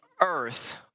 earth